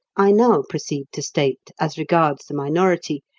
i now proceed to state, as regards the minority,